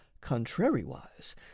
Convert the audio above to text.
contrariwise